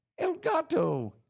Elgato